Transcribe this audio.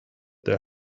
their